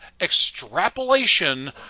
extrapolation